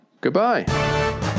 Goodbye